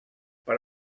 per